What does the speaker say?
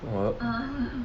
well